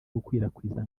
gukwirakwiza